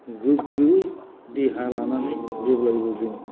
गोग्गो देहा लानानै जेब्लायबो जों